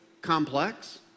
complex